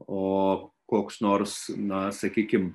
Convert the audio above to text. o koks nors na sakykim